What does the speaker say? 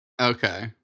Okay